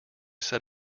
set